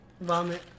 Vomit